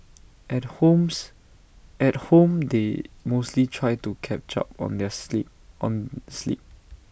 at homes at home they mostly try to catch up on the sleep on sleep